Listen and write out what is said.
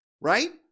right